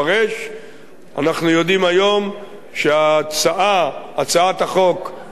אנחנו יודעים היום שהצעת החוק שנניח על שולחן